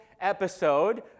episode